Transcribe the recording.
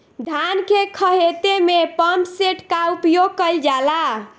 धान के ख़हेते में पम्पसेट का उपयोग कइल जाला?